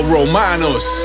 Romanos